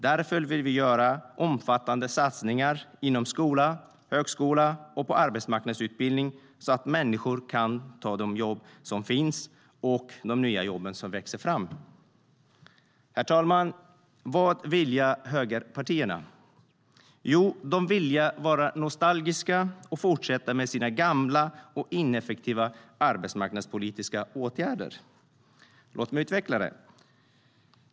Därför vill vi göra omfattande satsningar inom skola, högskola och på arbetsmarknadsutbildning så att människor kan ta de jobb som finns och de nya jobb som växer fram. Herr talman! Vad vilja högerpartierna? Jo, de vilja vara nostalgiska och fortsätta med sina gamla och ineffektiva arbetsmarknadspolitiska åtgärder. Låt mig utveckla det.